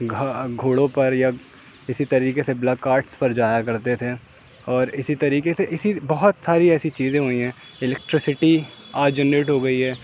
گھڑ گھوڑوں پر یا اسی طریقے سے بلک کارٹس پر جایا کرتے تھے اور اسی طریقے سے اسی بہت ساری ایسی چیزیں ہوئی ہیں الکٹرسٹی آج جنریٹ ہوگئی ہے